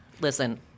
listen